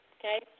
Okay